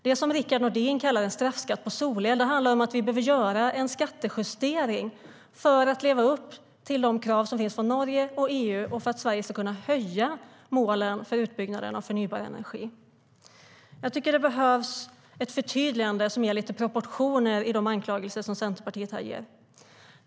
Det som Rickard Nordin kallar en straffskatt för solel handlar om att vi behöver göra en skattejustering för att leva upp till de krav som ställs av Norge och EU och för att Sverige ska kunna höja målen för utbyggnaden av förnybar energi. Med anledning av Centerpartiets anklagelser tycker jag att det behövs ett förtydligande som ger lite proportioner.